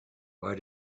why